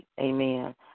amen